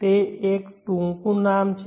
તે એક ટૂંકું નામ છે